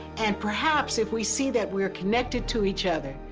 and perhaps, if we see that we're connected to each other,